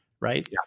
right